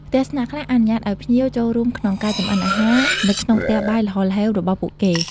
ផ្ទះស្នាក់ខ្លះអនុញ្ញាតឱ្យភ្ញៀវចូលរួមក្នុងការ ចម្អិនអាហារ នៅក្នុងផ្ទះបាយល្ហល្ហេវរបស់ពួកគេ។